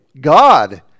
God